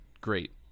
great